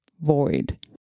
void